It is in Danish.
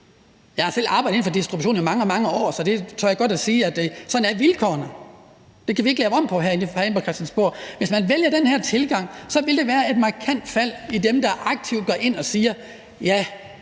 Jeg har selv arbejdet inden for distribution i mange, mange år, så jeg tør godt sige, at sådan er vilkårene, og det kan vi ikke lave om på i forhandlinger herinde på Christiansborg. Hvis man vælger den her tilgang, vil der være et markant fald i dem, der aktivt går ind og siger: Jeg